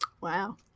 Wow